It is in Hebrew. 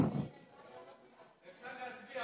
אפשר להצביע,